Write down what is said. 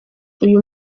uyu